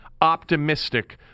optimistic